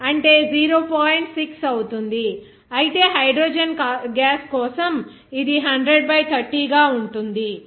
6 అవుతుంది అయితే hydrogen gas కోసం ఇది 100 బై 30 ఉంటుంది అంటే 0